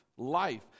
life